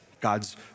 God's